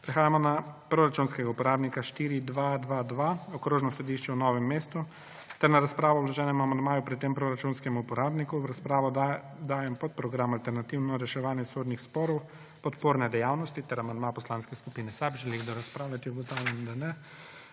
Prehajamo na proračunskega uporabnika 4222 Okrožno sodišče v Novem mestu ter na razpravo o vloženem amandmaju pri tem proračunskem uporabniku. V razpravo dajem podprogram Alternativno reševanje sodnih sporov – podporne dejavnosti ter amandma Poslanske skupine SAB. Želi kdo razpravljati? Ugotavljam, da ne.